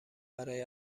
برای